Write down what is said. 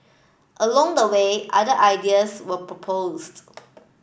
along the way other ideas were proposed